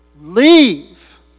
Leave